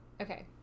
Okay